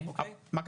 אני יכול